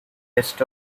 west